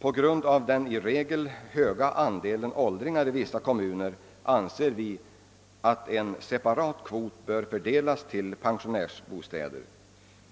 På grund av den i regel höga andelen åldringar i vissa kommuner anser vi att en separat kvot även i år bör avdelas till pensionärsbostäder.